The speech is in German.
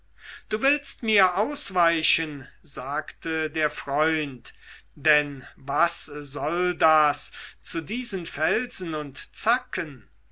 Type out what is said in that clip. du willst mir ausweichen sagte der freund denn was soll das zu diesen felsen und zacken